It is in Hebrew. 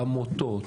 עמותות,